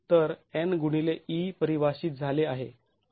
तर N गुणिले e परिभाषित झाले आहे